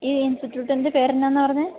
ഈ ഇന്സ്റ്റിറ്റ്യൂട്ടിന്റെ പേരെന്താണെന്നാണ് പറഞ്ഞത്